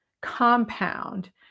compound